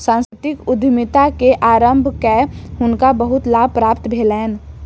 सांस्कृतिक उद्यमिता के आरम्भ कय हुनका बहुत लाभ प्राप्त भेलैन